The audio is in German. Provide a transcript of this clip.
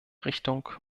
richtung